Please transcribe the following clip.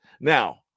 Now